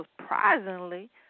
surprisingly